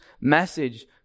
message